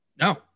No